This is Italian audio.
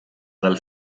dal